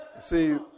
See